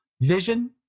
vision